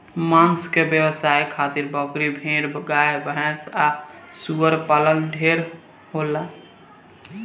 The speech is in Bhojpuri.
मांस के व्यवसाय खातिर बकरी, भेड़, गाय भैस आ सूअर पालन ढेरे होला